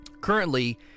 currently